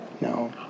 No